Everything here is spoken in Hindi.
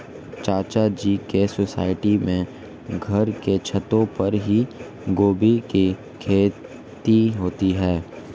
चाचा जी के सोसाइटी में घर के छतों पर ही गोभी की खेती होती है